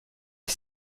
est